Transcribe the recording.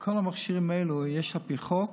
כל המכשירים האלה יש על פי חוק,